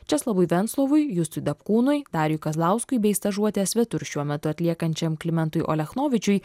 česlovui venclovui justui dapkūnui dariui kazlauskui bei stažuotę svetur šiuo metu atliekančiam klimentui olechnovičiui